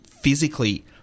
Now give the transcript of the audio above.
physically